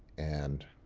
and